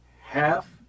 half